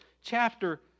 chapter